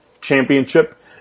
Championship